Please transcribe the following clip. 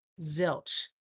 Zilch